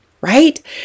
right